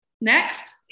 Next